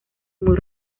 muy